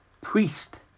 priest